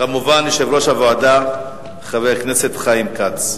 כמובן, יושב-ראש הוועדה, חבר הכנסת חיים כץ.